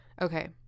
Okay